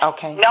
Okay